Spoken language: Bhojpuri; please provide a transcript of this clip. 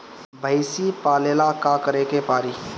भइसी पालेला का करे के पारी?